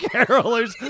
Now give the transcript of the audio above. Carolers